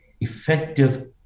effective